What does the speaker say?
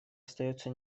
остается